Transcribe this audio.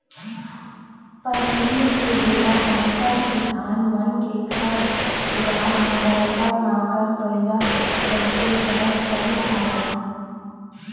पहिली के बेरा म सब किसान मन के घर दुवार म बरोबर नांगर बइला रहिबे करत रहिस हवय